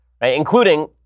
including